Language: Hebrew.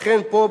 לכן פה,